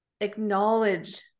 acknowledge